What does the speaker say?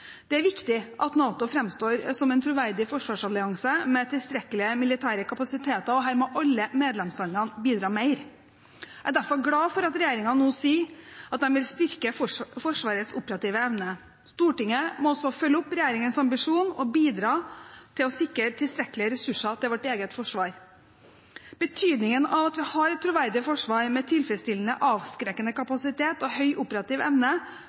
Det er viktig at NATO framstår som en troverdig forsvarsallianse med tilstrekkelige militære kapasiteter, og her må alle medlemslandene bidra mer. Jeg er derfor glad for at regjeringen nå sier at de vil styrke Forsvarets operative evne. Stortinget må også følge opp regjeringens ambisjon og bidra til å sikre tilstrekkelige ressurser til vårt eget forsvar. Betydningen av at vi har et troverdig forsvar, med tilfredsstillende avskrekkende kapasitet og høy operativ evne,